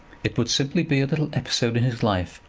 it would simply be a little episode in his life,